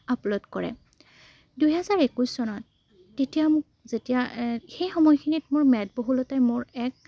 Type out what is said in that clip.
upload কৰে দুহেজাৰ একৈছ চনত তেতিয়া মোক যেতিয়া সেই সময়খিনিত মোৰ মেদবহুলতাই মোৰ এক